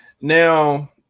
Now